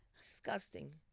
disgusting